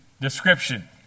description